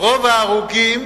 רוב ההרוגים